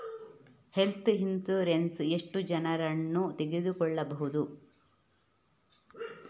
Health insurance ಎಷ್ಟು ಜನರನ್ನು ತಗೊಳ್ಬಹುದು?